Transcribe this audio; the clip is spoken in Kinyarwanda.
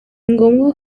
ngombwa